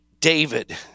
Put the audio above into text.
David